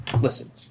listen